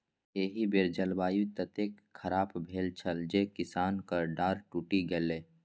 एहि बेर जलवायु ततेक खराप भेल छल जे किसानक डांर टुटि गेलै